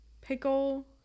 pickle